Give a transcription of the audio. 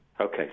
Okay